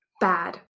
Bad